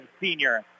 senior